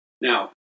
Now